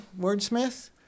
Wordsmith